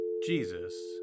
Jesus